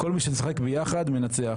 כל מי שמשחק ביחד מנצח.